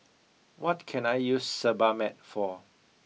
what can I use Sebamed for